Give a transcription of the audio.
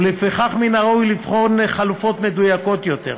ולפיכך מן הראוי לבחון חלופות מדויקות יותר.